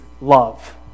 love